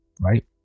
right